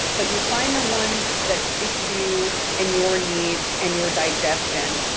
but you find the ones that fit you and your needs and your digestion.